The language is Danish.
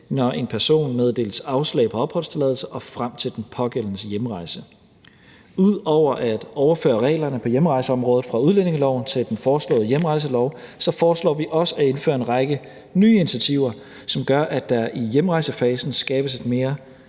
når en person meddeles afslag på opholdstilladelse og frem til den pågældendes hjemrejse. Ud over at overføre reglerne på hjemrejseområdet fra udlændingeloven til den foreslåede hjemrejselov foreslår vi også at indføre en række nye initiativer, som gør, at der i hjemrejsefasen skabes et mere